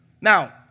Now